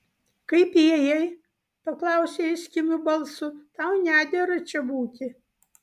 kaip įėjai paklausė jis kimiu balsu tau nedera čia būti